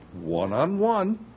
one-on-one